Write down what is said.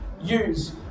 use